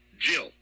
Jill